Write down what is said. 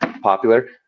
popular